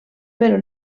però